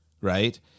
right